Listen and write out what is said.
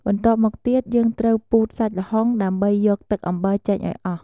បន្ទាប់មកទៀត យើងត្រូវពូតសាច់ល្ហុងដើម្បីយកទឹកអំបិលចេញឱ្យអស់។